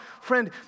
Friend